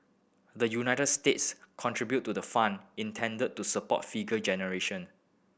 the United States contribute to the fund intended to support figure generation